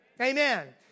Amen